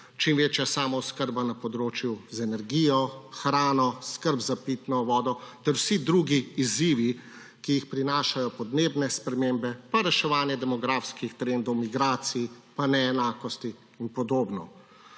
čim večja samooskrba z energijo, hrano, skrb za pitno vodo ter vsi drugi izzivi, ki jih prinašajo podnebne spremembe, pa reševanje demografskih trendov migracij pa neenakosti in podobno.